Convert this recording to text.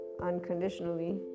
unconditionally